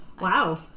Wow